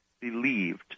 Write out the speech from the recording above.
believed